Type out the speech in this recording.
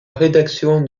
rédaction